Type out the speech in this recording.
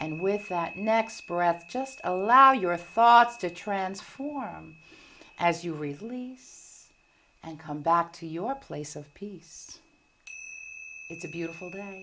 and with that next breath just allow your thoughts to transform as you really and come back to your place of peace it's a beautiful